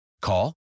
Call